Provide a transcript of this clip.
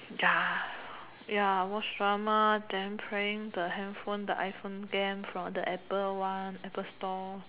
ya ya watch drama then playing the handphone the iPhone game from the apple one apple store